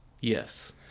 Yes